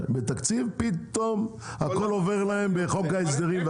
בתקציב, פתאום הכול עובר להם בחוק ההסדרים.